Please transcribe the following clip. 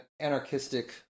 anarchistic